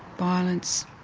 violence,